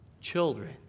children